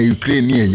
Ukraine